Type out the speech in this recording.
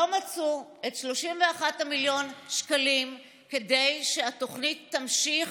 לא מצא את 31 מיליון השקלים כדי שהתוכנית תמשיך